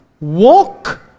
Walk